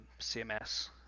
CMS